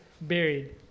buried